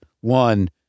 One